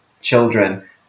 children